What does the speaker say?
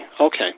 Okay